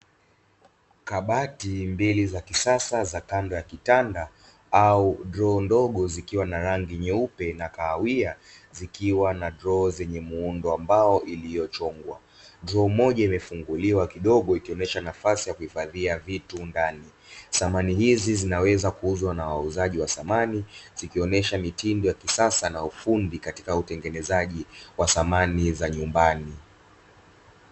Kabati mbili za kisasa za kando ya kitanda au droo ndogo zikiwa na rangi nyeupe na kahawia, zikiwa na droo zenye muundo ya mbao iliyochongwa, droo moja imefunguliwa kidogo ikionyesha nafasi ya kuhifadhia vitu ndani. Samani hizi zinaweza kuuzwa na wauzaji wa samani, zikionyesha mitindo ya kisasa na ufundi katika utengenezaji wa samani za nyumbani.